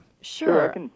Sure